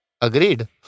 Agreed